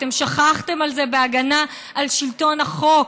אתם שכחתם מזה בהגנה על שלטון החוק,